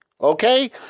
okay